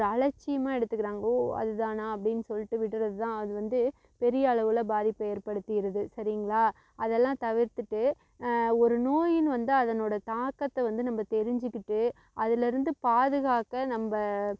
ஒரு அலச்சியமாக எடுத்துக்கிறாங்க ஓ அது தானா அப்படின் சொல்லிட்டு விட்டுகிறது தான் அது வந்து பெரியளவில் பாதிப்பை ஏற்படுத்தியிருது சரிங்களா அதெல்லாம் தவிர்த்துட்டு ஒரு நோயின் வந்தால் அதனோடய தாக்கத்தை வந்து நம்ம தெரிஞ்சுக்கிட்டு அதுலேருந்து பாதுகாக்க நம்ம